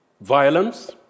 Violence